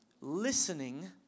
listening